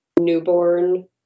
newborn